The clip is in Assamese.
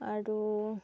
আৰু